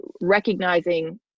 recognizing